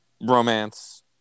romance